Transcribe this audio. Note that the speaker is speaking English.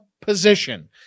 position